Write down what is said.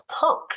perk